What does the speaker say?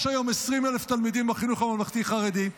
יש היום 20,000 תלמידים בחינוך הממלכתי-חרדי,